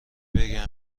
بگم